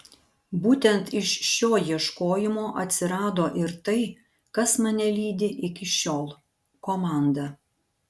būtent iš šio ieškojimo atsirado ir tai kas mane lydi iki šiol komanda